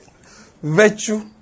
virtue